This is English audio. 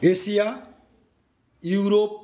Asia Europe